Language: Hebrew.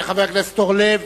חבר הכנסת אורלב,